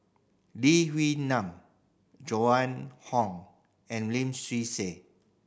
Lee Wee Nam Joan Hon and Lim Swee Say